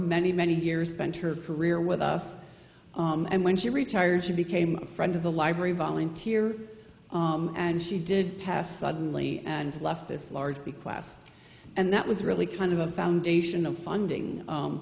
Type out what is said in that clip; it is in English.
many many years bent her career with us and when she retired she became a friend of the library volunteer and she did pass suddenly and left this large bequest and that was really kind of a foundation of funding